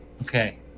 Okay